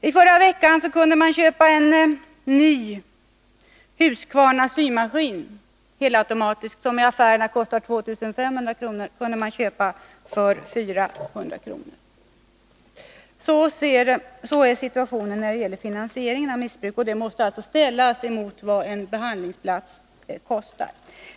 I förra veckan kunde man köpa en helautomatisk Huskvarna symaskin, som i affärerna kostar 2 500 kr., för 400 kr. Sådan är situationen när det gäller finansieringen av missbruket, och det måste ställas mot vad en behandlingsplats kostar.